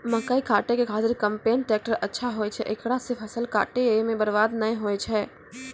मकई काटै के खातिर कम्पेन टेकटर अच्छा होय छै ऐकरा से फसल काटै मे बरवाद नैय होय छै?